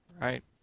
right